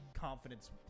confidence